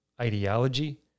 ideology